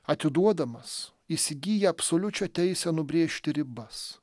atiduodamas įsigija absoliučią teisę nubrėžti ribas